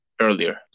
earlier